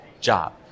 job